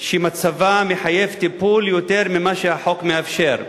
שמצבה מחייב טיפול יותר ממה שהחוק מאפשר,